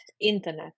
internet